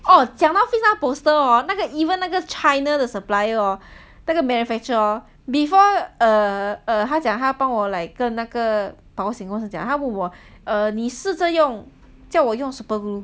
orh 讲到 fix 那个 poster hor even 那个 china 的 supplier hor 那个 manufacturer hor before err 他讲他帮我 like 跟那个保险公司讲他问我你试着用叫我用 Super Glue